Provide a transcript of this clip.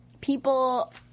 people